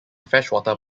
freshwater